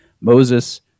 Moses